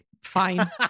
fine